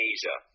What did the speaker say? Asia